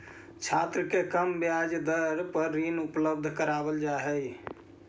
छात्र के कम ब्याज दर पर ऋण उपलब्ध करावल जा हई